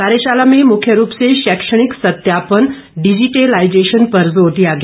कार्यशाला में मुख्य रूप से शैक्षणिक सत्यापन डिजिटेलाइजेशन पर जोर दिया गया